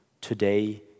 today